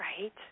right